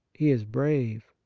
he is brave.